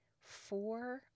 four